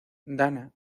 dana